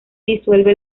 disuelve